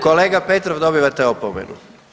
Kolega Petrov, dobivate opomenu.